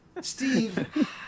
steve